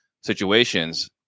situations